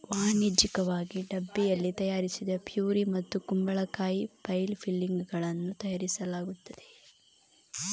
ವಾಣಿಜ್ಯಿಕವಾಗಿ ಡಬ್ಬಿಯಲ್ಲಿ ತಯಾರಿಸಿದ ಪ್ಯೂರಿ ಮತ್ತು ಕುಂಬಳಕಾಯಿ ಪೈ ಫಿಲ್ಲಿಂಗುಗಳನ್ನು ತಯಾರಿಸಲಾಗುತ್ತದೆ